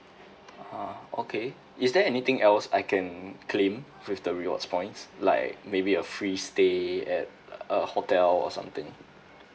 ah okay is there anything else I can claim with the rewards points like maybe a free stay at a hotel or something